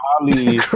Ali